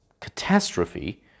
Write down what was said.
catastrophe